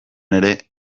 ere